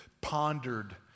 pondered